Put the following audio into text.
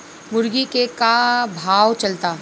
मुर्गा के का भाव चलता?